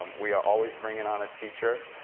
um we are always bringing on a teacher.